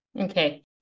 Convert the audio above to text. Okay